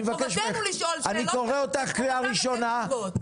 חובתנו לשאול שאלות, חובתם לתת תשובות.